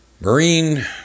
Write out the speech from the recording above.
Marine